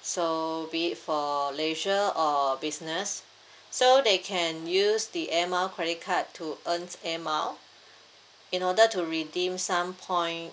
so be it for leisure or business so they can use the air mile credit card to earns air mile in order to redeem some point